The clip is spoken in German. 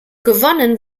gewonnen